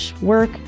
work